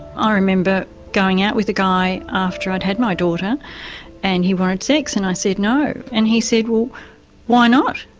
ah i remember going out with a guy after i'd had my daughter and he wanted sex and i said no. and he said, well why not?